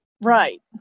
Right